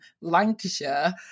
Lancashire